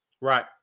Right